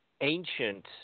ancient